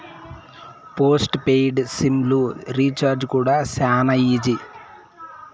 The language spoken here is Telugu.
పోస్ట్ పెయిడ్ సిమ్ లు రీచార్జీ కూడా శానా ఈజీ